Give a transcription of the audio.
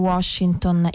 Washington